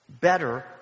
better